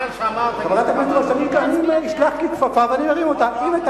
ואם את